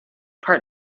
part